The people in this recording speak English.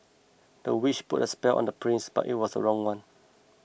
the witch put a spell on the prince but it was the wrong one